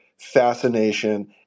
fascination